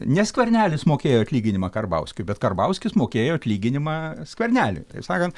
ne skvernelis mokėjo atlyginimą karbauskiui bet karbauskis mokėjo atlyginimą skverneliui taip sakant